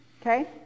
Okay